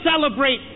celebrate